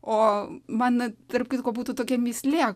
o man tarp kitko būtų tokia mįslė